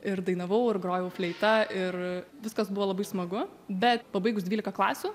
ir dainavau ir grojau fleita ir viskas buvo labai smagu bet pabaigus dvylika klasių